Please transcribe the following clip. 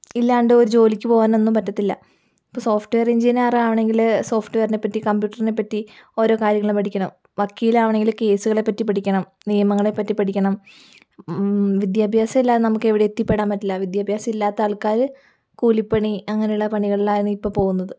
ഇല്ലാണ്ടൊരു ജോലിക്ക് പോവാനൊന്നും പറ്റത്തില്ല ഇപ്പം സോഫ്ട്വെയർ എഞ്ചിനീയറാവണമെങ്കിൽ സോഫ്റ്റ്വെയറിനെപ്പറ്റി കമ്പ്യൂട്ടറിനെപ്പറ്റി ഓരോ കാര്യങ്ങള് പഠിക്കണം വക്കീലാവണെങ്കിൽ കേസുകളെപ്പറ്റി പഠിക്കണം നിയമങ്ങളെപ്പറ്റി പഠിക്കണം വിദ്യാഭ്യാസമില്ലാതെ നമുക്കെവിടേയും എത്തിപ്പെടാൻ പറ്റില്ല വിദ്യാഭ്യാസമില്ലാത്ത ആൾക്കാര് കൂലിപ്പണി അങ്ങനെയുള്ള പണികളിലാണ് ഇപ്പം പോകുന്നത്